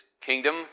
kingdom